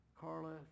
Carla